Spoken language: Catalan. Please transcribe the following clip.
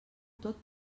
tot